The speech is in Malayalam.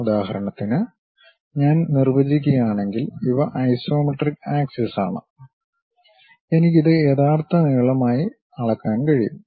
ഉദാഹരണത്തിന് ഞാൻ നിർവചിക്കുകയാണെങ്കിൽ ഇവ ഐസോമെട്രിക് ആക്സിസ് ആണ് എനിക്ക് ഇത് യഥാർത്ഥ നീളമായി അളക്കാൻ കഴിയും